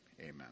amen